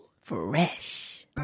fresh